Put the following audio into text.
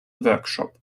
workshop